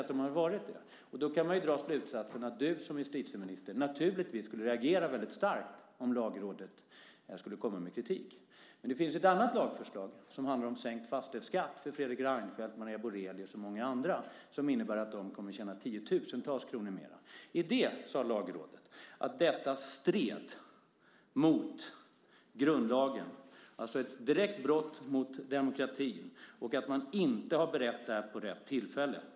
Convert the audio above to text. Det är möjligt, men av det du säger kan man dra slutsatsen att du som justitieminister skulle reagera starkt om Lagrådet skulle komma med kritik. Nu finns det ett annat lagförslag - det handlar ett förslag om sänkt fastighetsskatt för Fredrik Reinfeldt, Maria Borelius och många andra, och det innebär att de kommer att tjäna tiotusentals kronor - och om det förslaget sade Lagrådet att det stred mot grundlagen, alltså mot demokratin, och att man inte hade berett det i rätt tid.